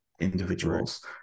individuals